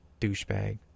Douchebag